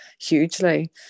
hugely